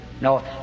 No